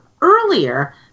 earlier